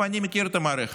ואני מכיר את המערכת.